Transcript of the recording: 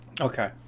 Okay